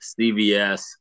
CVS